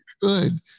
good